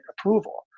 approval